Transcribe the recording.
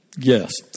Yes